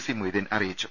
C Moideen അറിയിച്ചു